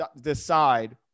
decide